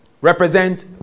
Represent